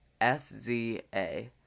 S-Z-A